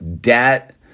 debt